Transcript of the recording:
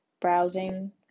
browsing